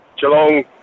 Geelong